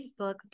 Facebook